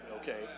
okay